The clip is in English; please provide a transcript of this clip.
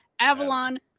Avalon